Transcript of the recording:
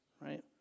right